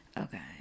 Okay